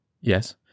Yes